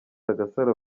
agasaro